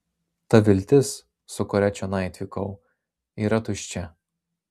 ta viltis su kuria čionai atvykau yra tuščia